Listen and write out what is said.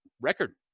record